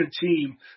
team